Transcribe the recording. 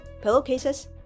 pillowcases